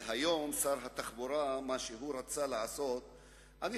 מה ששר התחבורה רצה לעשות היום,